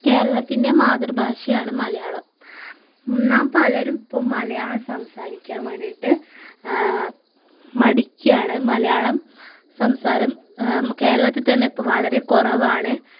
കേരളത്തിന്റെ മാതൃഭാഷയാണ് മലയാളം നാം പലരും ഇപ്പം മലയാളം സംസാരിക്കാന് വേണ്ടിയിട്ട് മടിക്കുകയാണ് മലയാളം സംസാരം കേരളത്തിൽ തന്നെ ഇപ്പം വളരേ കുറവാണ്